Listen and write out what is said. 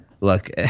look